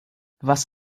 was